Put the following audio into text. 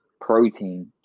protein